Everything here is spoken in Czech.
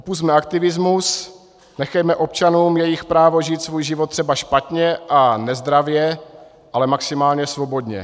Opusťme aktivismus, nechejme občanům jejich právo žít svůj život třeba špatně a nezdravě, ale maximálně svobodně.